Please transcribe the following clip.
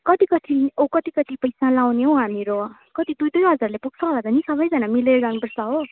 कति कति ओ कति कति पैसा लगाउने हो हामीहरू कति दुई दुई हजारले पुग्छ होला त नि सबैजना मिलेर गर्नुपर्छ हो